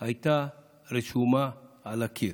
הייתה רשומה על הקיר.